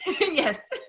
yes